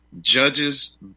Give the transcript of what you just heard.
judges